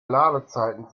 ladezeiten